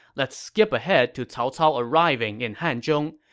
let's skip ahead to cao cao arriving in hanzhong,